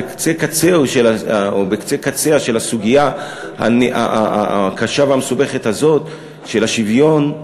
בקצה-קצהו או בקצה-קָצֶהָ של הסוגיה הקשה והמסובכת הזאת של השוויון,